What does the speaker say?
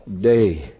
day